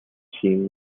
team